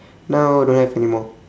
now don't have anymore